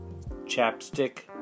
chapstick